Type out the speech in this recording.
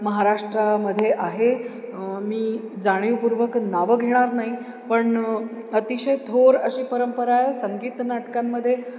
महाराष्ट्रामध्ये आहे मी जाणिवपूर्वक नावं घेणार नाही पण अतिशय थोर अशी परंपरा संगीत नाटकांमध्ये